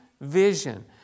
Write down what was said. vision